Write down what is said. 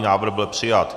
Návrh byl přijat.